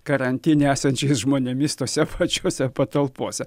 karantine esančiais žmonėmis tose pačiose patalpose